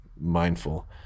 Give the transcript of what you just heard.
mindful